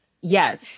Yes